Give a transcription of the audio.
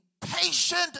patient